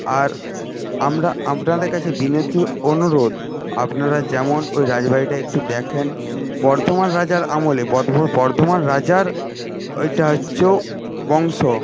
আর আমার আপনাদের কাছে বিনীত অনুরোধ আপনারা যেন ওই রাজবাড়িটা একটু দেখেন বর্ধমান রাজার আমলে বর্ধমান রাজার ওইটাও হচ্ছে বংশ